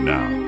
Now